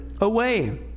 away